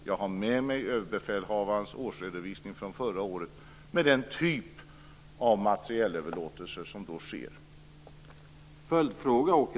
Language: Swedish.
Jag har med mig överbefälhavarens årsredovisning från förra året med en redovisning av den typen av överlåtelser.